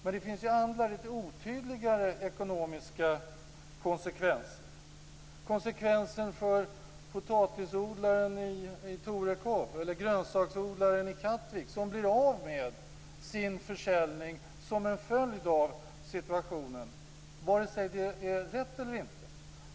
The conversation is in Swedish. Men det finns andra litet otydliga ekonomiska konsekvenser. Det gäller t.ex. konsekvensen för potatisodlaren i Torekov eller grönsaksodlaren i Kattvik som blir av med sin försäljning som en följd av situationen, vare sig det är rätt eller inte.